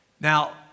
Now